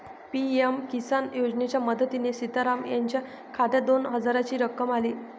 PM Kisan योजनेच्या मदतीने सीताराम यांच्या खात्यात दोन हजारांची रक्कम आली